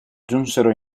giunsero